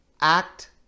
act